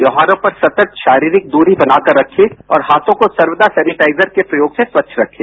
त्यौहारों पर सतत् शारीरिक दूरी बनाकर रखें और हाथों को सर्वदा सेनिटाइजर के प्रयोग से स्वच्छ रखें